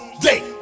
day